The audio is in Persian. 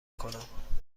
کنم